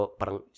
parang